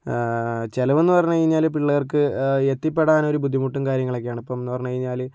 ചെലവെന്ന് പറഞ്ഞ് കഴിഞ്ഞാൽ പിള്ളേർക്ക് എത്തിപ്പെടാനൊരു ബുദ്ധിമുട്ടും കാര്യങ്ങളൊക്കെയാണ് ഇപ്പന്ന് പറഞ്ഞ് കഴിഞ്ഞാൽ